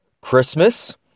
Christmas